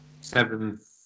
Seventh